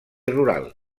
rural